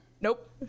Nope